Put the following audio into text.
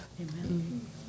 Amen